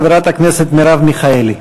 חברת הכנסת מרב מיכאלי.